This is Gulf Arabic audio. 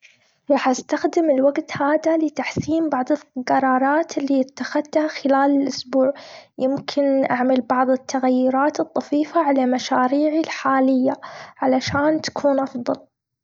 راح أستخدم الوقت هاذا لتحسين بعض القرارات التي اتخذتها خلال الأسبوع. يمكن أعمل بعض التغيرات الطفيفة على مشاريعي الحالية، علشان تكون أفضل.